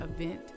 event